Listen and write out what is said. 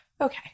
okay